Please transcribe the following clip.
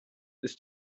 ist